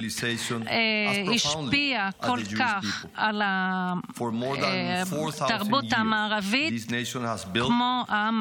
לא השפיעה עמוק כל כך על התרבות המערבית כמו העם היהודי.